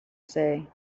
say